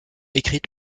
écrites